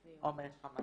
עומר יש לך מה